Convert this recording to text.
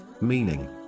meaning